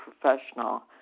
professional